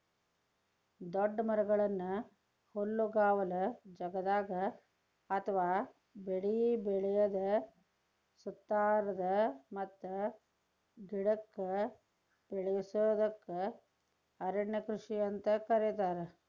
ದೊಡ್ಡ ಮರಗಳನ್ನ ಹುಲ್ಲುಗಾವಲ ಜಗದಾಗ ಅತ್ವಾ ಬೆಳಿ ಬೆಳದ ಸುತ್ತಾರದ ಮತ್ತ ನಡಕ್ಕ ಬೆಳಸೋದಕ್ಕ ಅರಣ್ಯ ಕೃಷಿ ಅಂತ ಕರೇತಾರ